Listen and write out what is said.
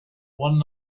one